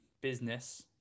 business